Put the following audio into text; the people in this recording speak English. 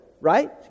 right